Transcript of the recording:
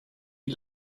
die